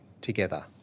together